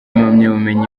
impamyabumenyi